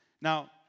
Now